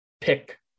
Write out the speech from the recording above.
pick